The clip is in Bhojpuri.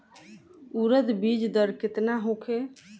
उरद बीज दर केतना होखे?